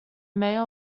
mayor